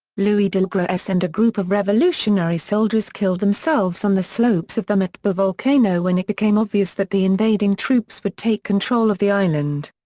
louis delgres and a group of revolutionary soldiers killed themselves on the slopes of the matouba volcano when it became obvious that the invading troops would take control of the island.